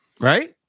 Right